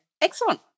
Excellent